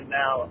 now